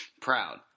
proud